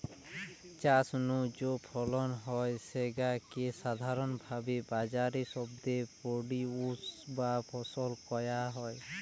চাষ নু যৌ ফলন হয় স্যাগা কে সাধারণভাবি বাজারি শব্দে প্রোডিউস বা ফসল কয়া হয়